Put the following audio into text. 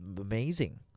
amazing